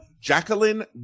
Jacqueline